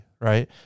Right